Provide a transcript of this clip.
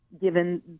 Given